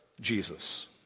Jesus